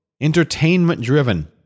Entertainment-driven